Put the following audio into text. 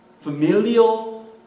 familial